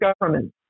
government